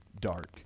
dark